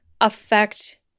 affect